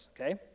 okay